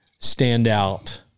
standout